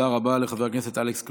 תודה רבה לחבר הכנסת אלכס קושניר.